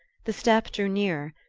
the step drew nearer,